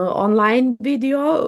online video